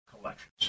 collections